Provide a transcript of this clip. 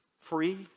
free